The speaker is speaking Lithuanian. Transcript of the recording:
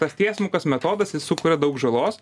tas tiesmukas metodas jis sukuria daug žalos